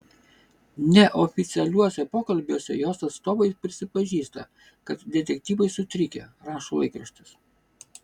neoficialiuose pokalbiuose jos atstovai prisipažįsta kad detektyvai sutrikę rašo laikraštis